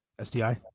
SDI